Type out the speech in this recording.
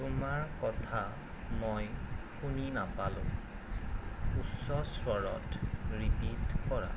তোমাৰ কথা মই শুনি নাপালোঁ উচ্চ স্ৱৰত ৰিপিট কৰা